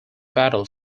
battle